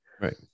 Right